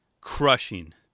crushing